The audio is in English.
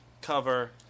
cover